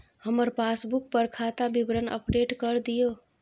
हमर पासबुक पर खाता विवरण अपडेट कर दियो